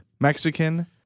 Mexican